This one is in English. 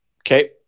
Okay